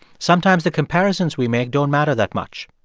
sometimes the comparisons we make don't matter that much.